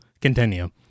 continue